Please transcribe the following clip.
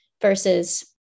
versus